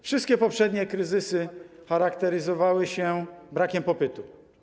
Wszystkie poprzednie kryzysy charakteryzowały się brakiem popytu.